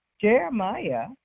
Jeremiah